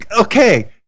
Okay